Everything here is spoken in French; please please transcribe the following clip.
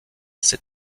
ces